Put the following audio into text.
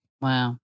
Wow